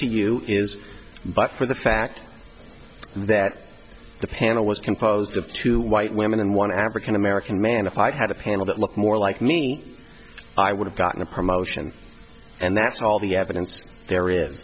to you is but for the fact that the panel was composed of two white women and one african american man if i had a panel that looked more like me i would have gotten a promotion and that's all the evidence there is